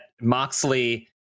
Moxley